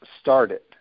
started